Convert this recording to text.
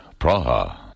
Praha